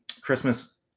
Christmas